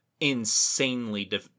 insanely